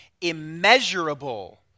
immeasurable